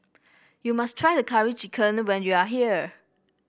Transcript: you must try the Curry Chicken when you are here